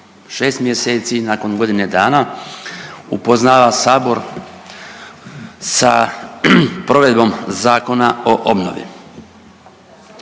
6 mjeseci i nakon godine dana upoznava sabor sa provedbom Zakona o obnovi.